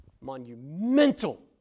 monumental